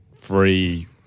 free